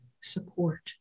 support